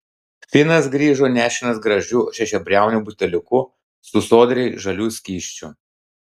finas grįžo nešinas gražiu šešiabriauniu buteliuku su sodriai žaliu skysčiu